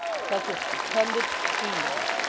such a stupendous cheese!